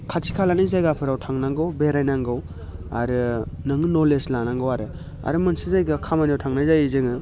खाथि खालानि जायगाफोराव थांनांगौ बेरायनांगौ आरो नोङो नलेज लानांगौ आरो आरो मोनसे जायगायाव खामानियाव थांनाय जायो जोङो